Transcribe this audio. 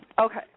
Okay